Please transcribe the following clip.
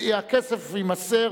הכסף יימסר